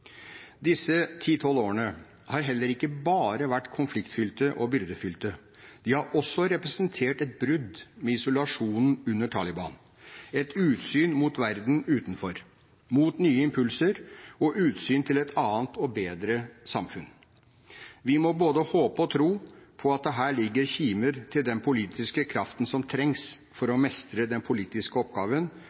Disse ti–tolv årene har ikke bare vært konfliktfylte og byrdefylte. De har også representert et brudd med isolasjonen under Taliban – et utsyn mot verden utenfor, mot nye impulser, og utsyn til et annet og bedre samfunn. Vi må både håpe og tro på at det her ligger kimer til den politiske kraften som trengs for å mestre den politiske oppgaven